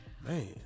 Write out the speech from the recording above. Man